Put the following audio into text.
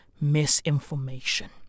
misinformation